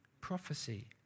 Prophecy